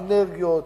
אנרגיות,